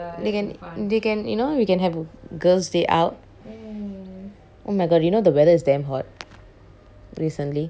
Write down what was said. they can they can you know we can have girls day out oh my god you know the weather is damn hot recently